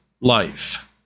life